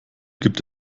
gibt